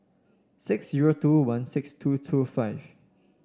six zero two one six two two five